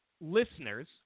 listeners